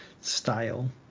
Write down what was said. style